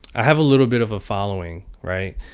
i have a little bit of a following, right?